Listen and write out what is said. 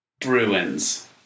Bruins